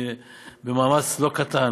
ובמאמץ לא קטן,